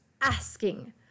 asking